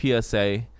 PSA